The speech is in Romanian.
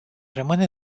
rămâne